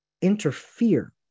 interfere